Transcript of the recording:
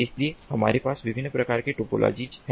इसलिए हमारे पास विभिन्न प्रकार की टोपोलॉजीज हैं